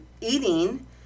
eating